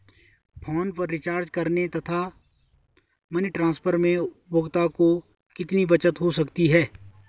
Phone पर recharge करने तथा मनी ट्रांसफर में उपभोक्ता को कितनी बचत हो सकती है?